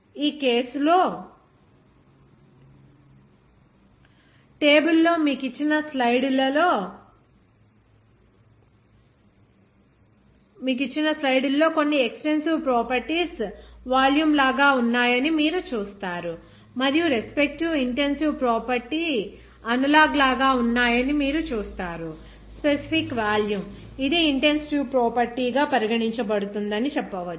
ఈ కేసు లో టేబుల్ లో మీకు ఇచ్చిన స్లైడ్ లో కొన్ని ఎక్సటెన్సివ్ ప్రాపర్టీస్ వాల్యూమ్ లాగా ఉన్నాయని మీరు చూస్తారు మరియు రెస్పెక్టివ్ ఇంటెన్సివ్ ప్రాపర్టీ అనలాగ్ లాగా ఉన్నాయని మీరు చూస్తారు స్పెసిఫిక్ వాల్యూమ్ ఇది ఇంటెన్సివ్ ప్రాపర్టీ గా పరిగణించబడుతుంది అని చెప్పవచ్చు